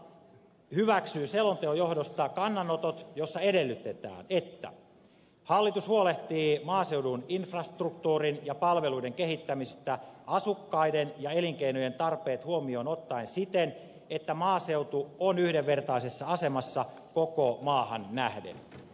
valiokunta hyväksyy selonteon johdosta kannanotot jossa edellytetään että hallitus huolehtii maaseudun infrastruktuurin ja palveluiden kehittämisestä asukkaiden ja elinkeinojen tarpeet huomioon ottaen siten että maaseutu on yhdenvertaisessa asemassa koko maahan nähden